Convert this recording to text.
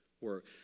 work